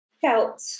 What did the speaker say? felt